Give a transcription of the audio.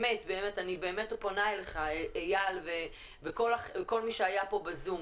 אני פונה אליך אייל וכל מי שהיה בזום,